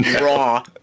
Raw